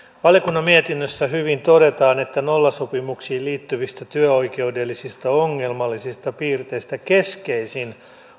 valiokunnan mietinnössä hyvin todetaan että nollasopimuksiin liittyvistä työoikeudellisista ongelmallisista piirteistä keskeisin